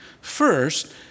First